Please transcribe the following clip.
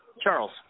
Charles